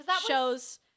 shows